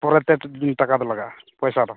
ᱯᱚᱨᱮ ᱛᱮ ᱴᱟᱠᱟ ᱫᱚ ᱞᱟᱜᱟᱜᱼᱟ ᱯᱚᱭᱥᱟ ᱫᱚ